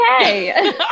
okay